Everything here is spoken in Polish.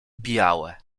białe